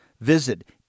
Visit